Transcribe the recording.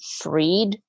freed